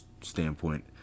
standpoint